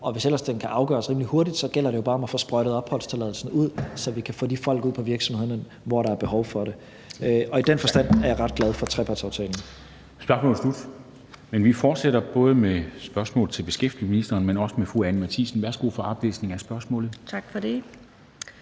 og hvis ellers den kan afgøres rimelig hurtigt, gælder det jo bare om at få sprøjtet opholdstilladelser ud, så vi kan få de folk ud på virksomhederne, hvor der er behov for det, og i den forstand er jeg ret glad for trepartsaftalen. Kl. 13:55 Formanden (Henrik Dam Kristensen): Spørgsmålet er slut. Men vi fortsætter med spørgsmål til beskæftigelsesministeren og med fru Anni Matthiesen. Kl. 13:55 Spm. nr.